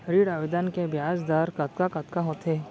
ऋण आवेदन के ब्याज दर कतका कतका होथे?